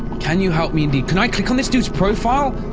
can you help me indeed can i click on this dude's profile?